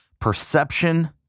perception